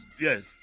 Yes